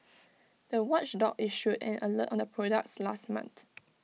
the watchdog issued an alert on the products last month